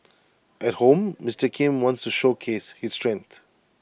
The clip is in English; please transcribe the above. at home Mister Kim wants to showcase his strength